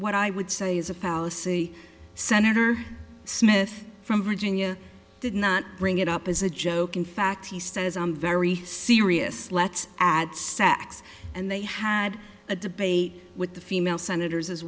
what i would say is a fallacy senator smith from virginia did not bring it up as a joke in fact he says i'm very serious let's add sex and they had a debate with the female senators as